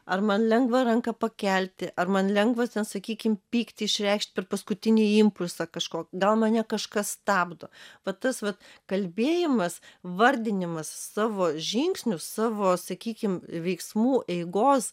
ar man lengva ranka pakelti ar man lengva ten sakykim pyktį išreikšt per paskutinį impulsą kažko gal mane kažkas stabdo vat tas vat kalbėjimas vardinimas savo žingsnių savo sakykim veiksmų eigos